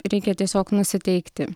reikia tiesiog nusiteikti